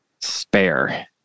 spare